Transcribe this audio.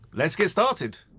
let's get started.